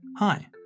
Hi